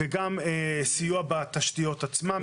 סיוע בתשתיות עצמן.